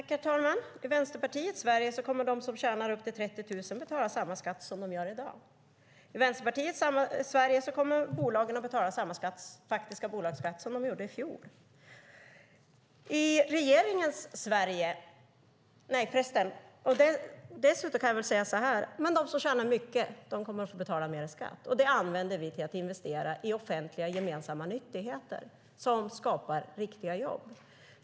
Herr talman! I Vänsterpartiets Sverige kommer de som tjänar upp till 30 000 kronor i månaden att betala samma skatt som de gör i dag. I Vänsterpartiets Sverige kommer bolagen att betala samma faktiska bolagsskatt som de gjorde i fjol. Men de som tjänar mycket kommer att få betala mer i skatt, och det använder vi till att investera i offentliga, gemensamma nyttigheter som skapar riktiga jobb.